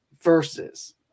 versus